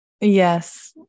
yes